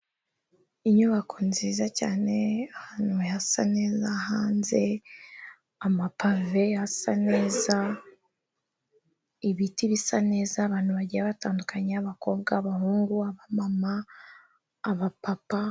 Inyubako nziza cyane ahantu hasa neza hanze, amapave asa neza, ibiti bisa neza, abantu bagiye batandukanye, abakobwa, abahungu, abamama, abapapa.